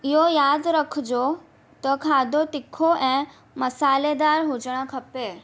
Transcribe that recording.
इहो यादि रखिजो त खाधो तिखो ऐं मसालेदार हुजणु खपे